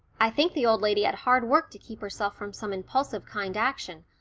i think the old lady had hard work to keep herself from some impulsive kind action,